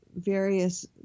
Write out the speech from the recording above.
various